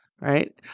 Right